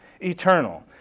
eternal